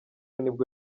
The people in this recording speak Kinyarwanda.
nibwo